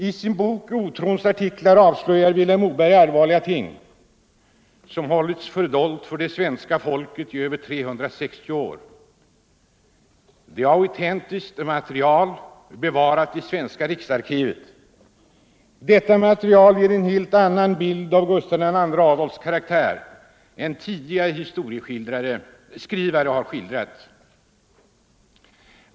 I sin bok ”Otrons artiklar” avslöjar Vilhelm Moberg allvarliga ting, som hållits fördolda för det svenska folket i över 360 år. Det är autentiskt material, bevarat i det svenska riksarkivet. Detta material ger en helt annan bild av Gustav II Adolfs karaktär än den som tidigare historieskrivare skildrat.